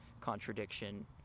contradiction